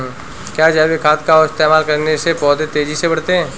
क्या जैविक खाद का इस्तेमाल करने से पौधे तेजी से बढ़ते हैं?